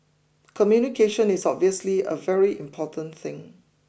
communication is obviously a very important thing